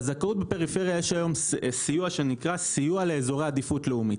בזכאות בפריפריה יש היום סיוע שנקרא סיוע לאזורי עדיפות לאומית.